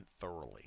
thoroughly